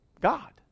God